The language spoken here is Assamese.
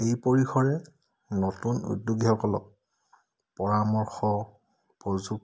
এই পৰিসৰে নতুন উদ্যোগীসকলক পৰামৰ্শ প্ৰযুক্তি